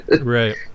right